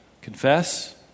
confess